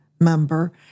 member